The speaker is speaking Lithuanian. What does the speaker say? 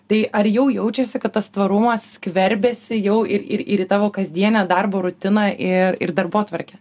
tai ar jau jaučiasi kad tas tvarumas skverbiasi jau ir ir ir į tavo kasdienę darbo rutiną i ir darbotvarkę